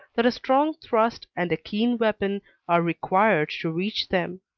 that a strong thrust and a keen weapon are required to reach them.